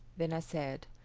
then i said,